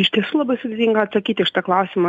iš tiesų labai sudėtinga atsakyt į šitą klausimą